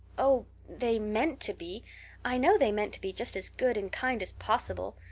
oh, they meant to be i know they meant to be just as good and kind as possible.